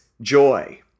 joy